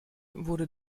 wurde